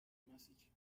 message